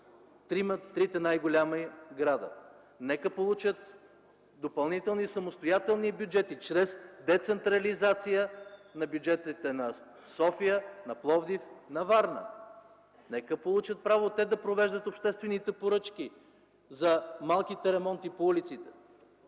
трите най-големи града. Нека да получат допълнителни, самостоятелни бюджети чрез децентрализация на бюджетите на София, на Пловдив, на Варна. Нека да получат право те да провеждат обществените поръчки за малките ремонти по улиците.